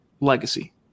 legacy